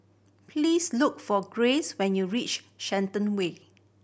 please look for Grace when you reach Shenton Way